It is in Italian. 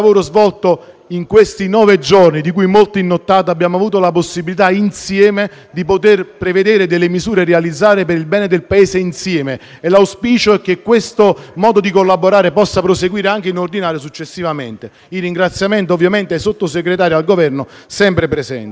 in questi nove giorni, di cui molto in sedute notturne, abbiamo avuto la possibilità, insieme, di poter prevedere delle misure da realizzare per il bene del Paese. L'auspicio è che questo modo di collaborare possa proseguire anche in forma ordinaria, successivamente. I ringraziamenti, ovviamente, vanno anche ai Sottosegretari e al Governo, sempre presenti.